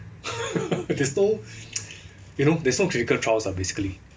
there's no you know there's no clinical trials lah basically